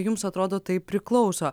jums atrodo tai priklauso